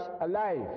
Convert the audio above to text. alive